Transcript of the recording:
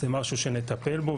זה משהו שנטפל בו,